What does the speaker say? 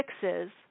fixes